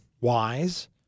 wise